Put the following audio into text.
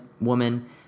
woman